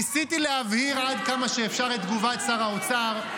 ניסיתי להבהיר עד כמה שאפשר את תגובת שר האוצר.